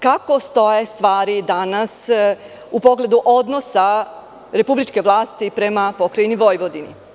Kako stoje stvari danas u pogledu odnosa republičke vlasti prema Pokrajini Vojvodini?